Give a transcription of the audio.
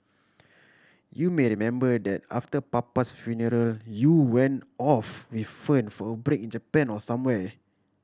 you may remember that after papa's funeral you went off with Fern for a break in Japan or somewhere